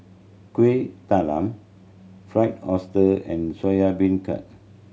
Kuih Talam Fried Oyster and Soya Beancurd